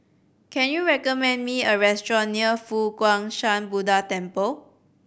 can you recommend me a restaurant near Fo Guang Shan Buddha Temple